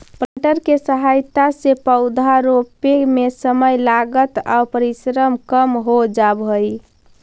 planter के सहायता से पौधा रोपे में समय, लागत आउ परिश्रम कम हो जावऽ हई